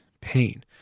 pain